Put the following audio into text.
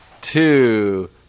two